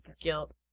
guilt